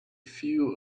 few